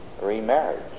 remarriage